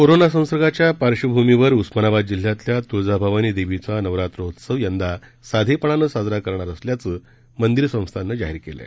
कोरोनाच्या संसर्गाच्या पार्श्वभूमीवर उस्मानाबाद जिल्ह्यातल्या तुळजाभवानी देवीचा नवरात्रोत्सव यंदा साधेपणानं साजरा करणार असल्याचं मंदिर संस्थाननं जाहीर केलं आहे